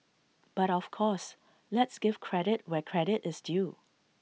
but of course let's give credit where credit is due